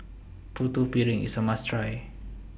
Putu Piring IS A must Try